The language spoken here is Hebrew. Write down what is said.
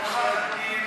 לא משנה מה הוא יעשה,